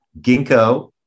ginkgo